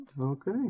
Okay